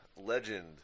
legend